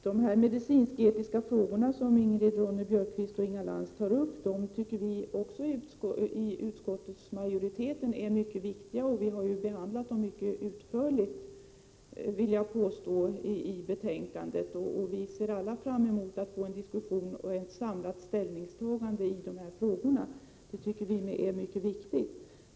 De medicinsk-etiska frågor som Ingrid Ronne-Björkqvist och Inga Lantz tar upp anser också vi i utskottsmajoriteten vara mycket viktiga. Jag vill påstå att vi också har behandlat dem mycket utförligt i betänkandet. Vi ser alla fram emot att få en diskussion och ett samlat ställningstagande beträffande dessa frågor. Detta anser vi vara mycket viktigt.